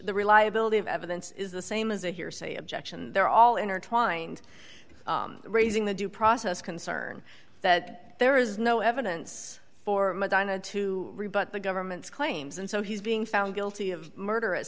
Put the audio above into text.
the reliability of evidence is the same as a hearsay objection they're all intertwined raising the due process concern that there is no evidence for medina to rebut the government's claims and so he's being found guilty of murder at